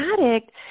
addict